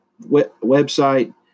website